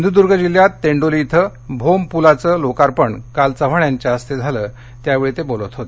सिंधूर्द जिल्ह्यात तेंडोली इथं भोम पुलंचं लोकार्पण काल रवींद्र चव्हाण यांच्या हस्ते झालं त्यावेळी ते बोलत होते